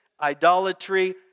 idolatry